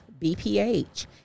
BPH